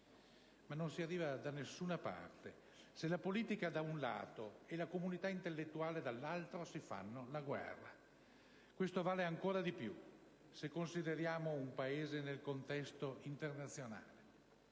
Ma non si arriva da nessuna parte, se la politica da un lato e la comunità intellettuale dall'altro si fanno la guerra. Questo vale ancora di più se consideriamo un Paese nel contesto internazionale.